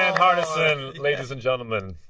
um hardison, ladies and gentlemen.